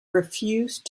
refused